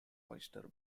oyster